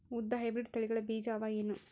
ಉದ್ದ ಹೈಬ್ರಿಡ್ ತಳಿಗಳ ಬೀಜ ಅವ ಏನು?